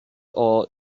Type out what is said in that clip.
are